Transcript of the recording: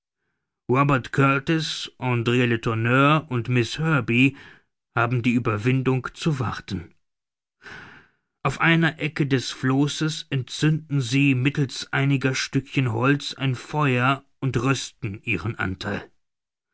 robert kurtis andr letourneur und miß herbey haben die ueberwindung zu warten auf einer ecke des flosses entzünden sie mittels einiger stückchen holz ein feuer und rösten ihren antheil